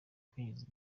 kwinjizwa